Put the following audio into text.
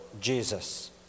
Jesus